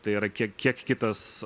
tai yra kiek kitas